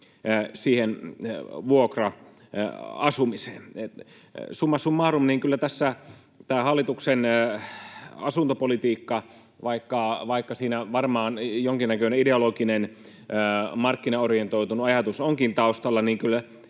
siihen vuokra-asumiseen. Summa summarum: Kyllä tässä hallituksen asuntopolitiikassa — vaikka siinä varmaan jonkinnäköinen ideologinen markkinaorientoitunut ajatus onkin taustalla —